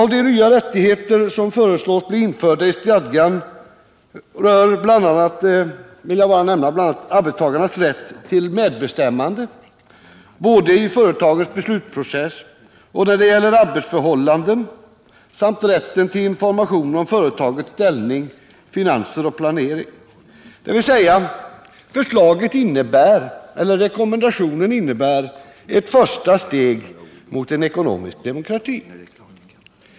Av de nya rättigheter som föreslås bli införda i stadgan vill jag nämna bl.a. arbetstagarnas rätt till medbestämmande, både i företagets beslutsprocess och när det gäller arbetsförhållandena, samt rätt till information om företagets ställning, finanser och planering. Rekommendationen innebär alltså ett första steg mot en ekonomisk demokrati.